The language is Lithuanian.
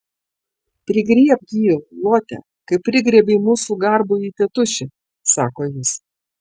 prigriebk jį lote kaip prigriebei mūsų garbųjį tėtušį sako jis